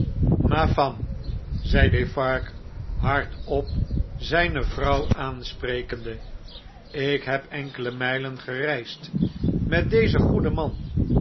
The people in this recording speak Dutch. zei defarge hardop zijoe vrouw aansprekende ik heb enkele mjjlen gereisd met dezen goeden man